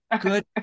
Good